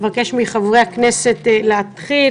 אבקש מחברי הכנסת להתחיל,